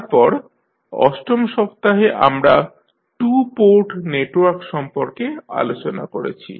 তারপর অষ্টম সপ্তাহে আমরা টু পোর্ট নেটওয়ার্ক সম্পর্কে আলোচনা করেছি